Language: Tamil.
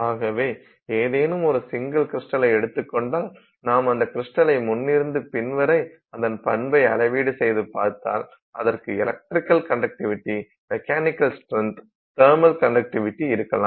ஆகவே ஏதேனும் ஒரு சிங்கிள் கிரிஸ்டலை எடுத்துக் கொண்டால் நாம் அந்த கிரிஸ்டலை முன்னிருந்து பின் வரை அதன் பண்பை அளவீடு செய்து பார்த்தால் அதற்கு electrical conductivity mechanical strength thermal conductivity இருக்கலாம்